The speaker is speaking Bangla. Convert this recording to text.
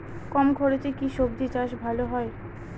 কম খরচে কি সবজি চাষ ভালো হয়?